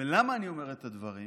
למה אני אומר את הדברים?